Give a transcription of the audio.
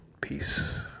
Peace